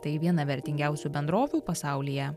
tai viena vertingiausių bendrovių pasaulyje